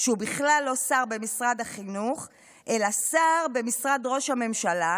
שהוא בכלל לא שר במשרד החינוך אלא שר במשרד ראש הממשלה